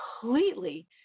completely